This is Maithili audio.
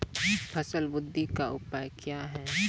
फसल बृद्धि का उपाय क्या हैं?